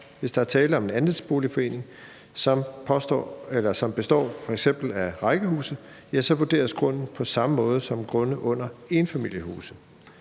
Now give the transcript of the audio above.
Hvis der er tale om en andelsboligforening, som består af f.eks. rækkehuse, så vurderes grunden på samme måde som grunde under enfamilieshuse.